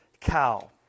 cow